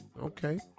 Okay